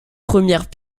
premières